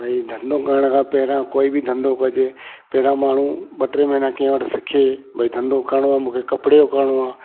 भई धंधो करण खां पहिरियां कोई बि धंधो कजे पहिरियां माण्हू ॿ टे महीना कंहिं वटि सिखे भई धंधो करिण आहे मूंखे कपिड़े जो करिणो आहे